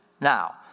now